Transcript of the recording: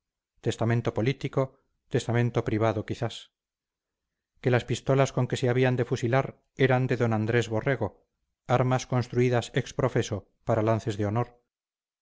testamento político testamento privado quizás que las pistolas con que se habían de fusilar eran de d andrés borrego armas construidas ex profeso para lances de honor